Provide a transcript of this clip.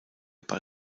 bei